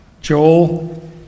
Joel